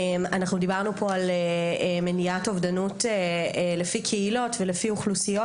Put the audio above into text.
אנחנו דיברנו פה על מניעת אובדנות לפי קהילות ולפי אוכלוסיות.